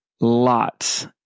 lots